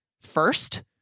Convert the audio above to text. first